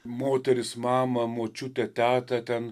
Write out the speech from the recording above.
moteris mamą močiutę tetą ten